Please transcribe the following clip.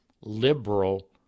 liberal